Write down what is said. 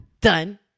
Done